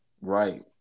right